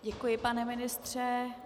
Děkuji, pane ministře.